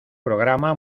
programa